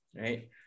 Right